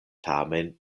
tamen